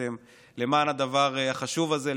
שאתם למען הדבר החשוב הזה,